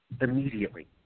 immediately